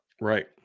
Right